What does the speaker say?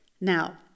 Now